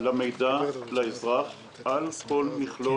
לגבי המידע לאזרח על כל המכלול,